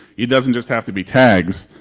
it doesn't just have to be tags.